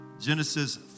Genesis